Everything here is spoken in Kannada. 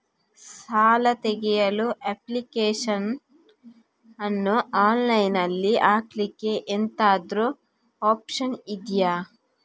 ಸಾಲ ತೆಗಿಯಲು ಅಪ್ಲಿಕೇಶನ್ ಅನ್ನು ಆನ್ಲೈನ್ ಅಲ್ಲಿ ಹಾಕ್ಲಿಕ್ಕೆ ಎಂತಾದ್ರೂ ಒಪ್ಶನ್ ಇದ್ಯಾ?